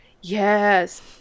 yes